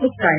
ಮುಕ್ತಾಯ